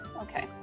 Okay